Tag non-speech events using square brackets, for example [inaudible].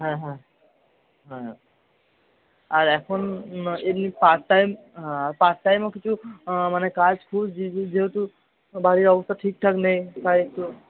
হ্যাঁ হ্যাঁ হ্যাঁ আর এখন এমনি পার্ট টাইম পার্ট টাইমও কিছু [unintelligible] মানে কাজ খুঁজছি যেহেতু বাড়ির অবস্থা ঠিকঠাক নেই তাই একটু